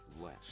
less